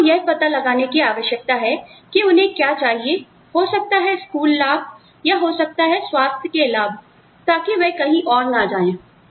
तो आपको यह पता लगाने की आवश्यकता है कि उन्हें क्या चाहिए हो सकता है स्कूल लाभ या हो सकता है स्वास्थ्य के लाभ ताकि वह कहीं और ना जाएं